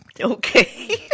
Okay